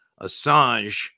Assange